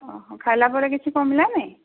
ଓ ହଁ ଖାଇଲା ପରେ କିଛି କମିଲାନି